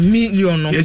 Million